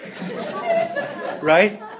Right